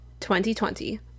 2020